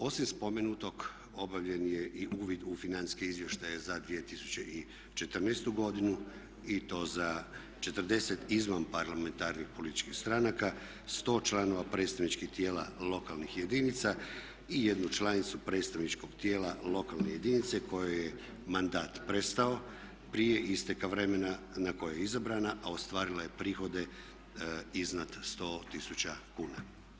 Osim spomenutog obavljen je i uvid u financijske izvještaje za 2014. godinu i to za 40 izvan parlamentarnih političkih stranaka, 100 članova predstavničkih tijela lokalnih jedinica i jednu članicu predstavničkog tijela lokalne jedinice kojoj je mandat prestao prije isteka vremena na koje je izabrana, a ostvarila je prihode iznad 100 000 kuna.